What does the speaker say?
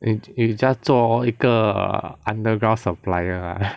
你你 just 做一个 underground supplier